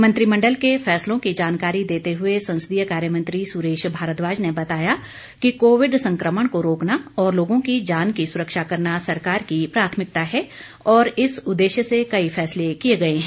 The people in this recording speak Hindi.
मंत्रिमंडल के फैसलों की जानकारी देते हुए संसदीय कार्य मंत्री सुरेश भारद्वाज ने बताया कि कोविड संकमण को रोकना और लोगों की जान की सुरक्षा करना सरकार की प्राथमिकता है और इस उद्देश्य से कई फैसले किए गए हैं